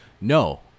no